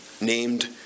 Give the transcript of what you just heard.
named